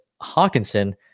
Hawkinson